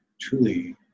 truly